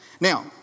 Now